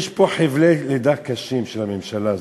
יש פה חבלי לידה קשים של הממשלה הזאת.